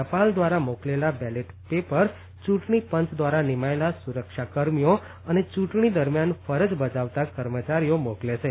ટપાલ દ્વારા મોકલેલા બેલેટ પેપર ચૂંટણી પંચ દ્વારા નિમાયેલા સુરક્ષાકર્મીઓ અને ચૂંટણી દરમ્યાન ફરજ બજાવવા કર્મચારીઓ મોકલે છે